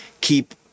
keep